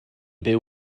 byw